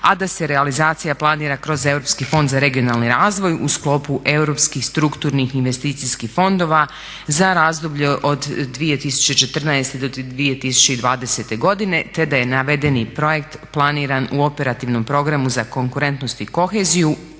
a da se realizacija planira kroz Europski fond za regionalni razvoj u sklopu europskih strukturnih investicijskih fondova za razdoblje od 2014. do 2020. godine te da je navedeni projekt planiran u operativnom programu za konkurentnost i koheziju,